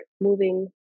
moving